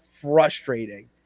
frustrating